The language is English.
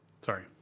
Sorry